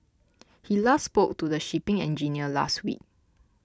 he last spoke to the shipping engineer last week